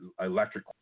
electric